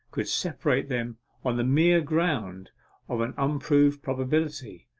could separate them on the mere ground of an unproved probability,